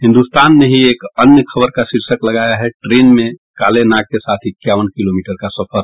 हिन्दुस्तान ने ही एक अन्य खबर का शीर्षक लगाया है ट्रेन में काले नाग के साथ इक्यावन किलोमीटर का सफर